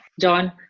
John